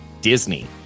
Disney